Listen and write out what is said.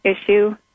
issue